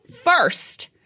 first